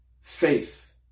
faith